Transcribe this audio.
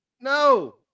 no